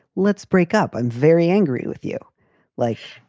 let's break up. i'm very angry with you like,